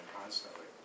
constantly